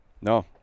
No